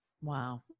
Wow